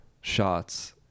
shots